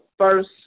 First